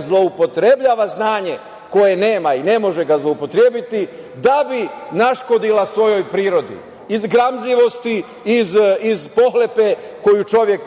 zloupotrebljava znanje koje nema i ne može ga zloupotrebiti, da bi naškodila svojoj prirodi, iz gramzivosti, iz pohlepe koju čovek